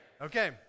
Okay